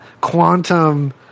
Quantum